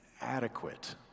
adequate